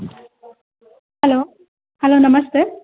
hello hello ನಮಸ್ತೆ